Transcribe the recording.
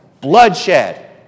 bloodshed